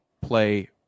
play